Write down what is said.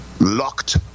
locked